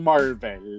Marvel